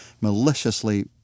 maliciously